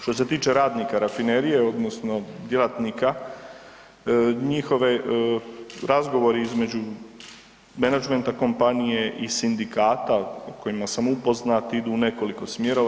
Što se tiče radnika rafinerije odnosno djelatnika, njihove, razgovor između menadžmenta, kompanije i sindikata o kojima sam upoznat, idu u nekoliko smjerova.